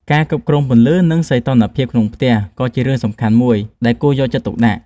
ការគ្រប់គ្រងពន្លឺ និងសីតុណ្ហភាពក្នុងផ្ទះក៏ជារឿងសំខាន់មួយដែលគួរយកចិត្តទុកដាក់។